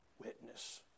witness